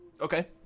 Okay